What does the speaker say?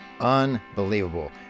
unbelievable